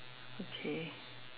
okay